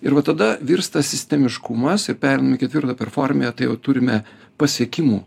ir va tada virsta sistemiškumas ir pereini ketvirtą performiją tai jau turime pasiekimų